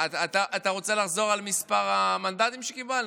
אתה רוצה לחזור על מספר המנדטים שקיבלנו?